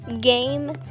game